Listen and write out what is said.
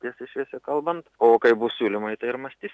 tiesiai šviesiai kalbant o kai bus siūlymai tai ir mąstysim